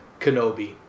Kenobi